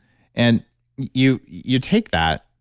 and you you take that,